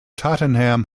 tottenham